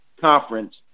conference